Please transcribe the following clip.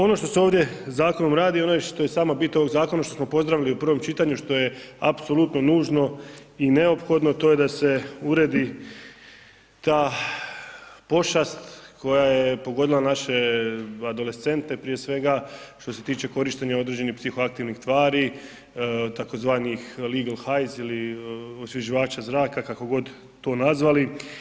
Ono što se ovdje zakonom radi, ono što je sama bit ovog zakona što smo pozdravili što smo pozdravili u prvom čitanju što je apsolutno nužno i neophodno, to je da se uredi ta pošast koja je pogodila naše adolescente prije svega što se tiče korištenja određenih psihoaktivnih tvari tzv. Legal Highs ili osvježivača zraka kako god to nazvali.